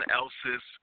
else's